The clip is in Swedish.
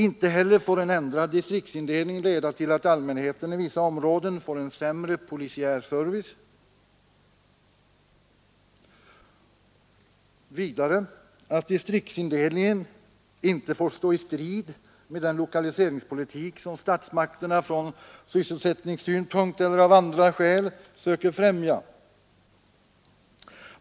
Inte heller får en ändrad distriktsindelning leda till att allmänheten i vissa områden får en sämre polisiär service. Vidare får inte distriktsindelningen stå i strid med den lokaliseringspolitik som statsmakterna från sysselsättningssynpunkt eller av andra skäl söker främja.